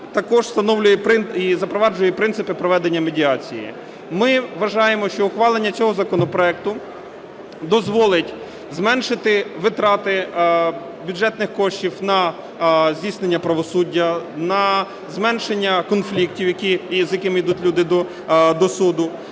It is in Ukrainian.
також встановлює і запроваджує принципи проведення медіації. Ми вважаємо, що ухвалення цього законопроекту дозволить зменшити витрати бюджетних коштів на здійснення правосуддя, на зменшення конфліктів, з якими йдуть люди до суду.